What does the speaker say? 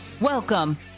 Welcome